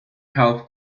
half